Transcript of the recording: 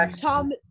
Tom